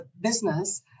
business